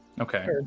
Okay